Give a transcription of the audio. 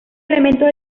elementos